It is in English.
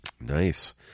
Nice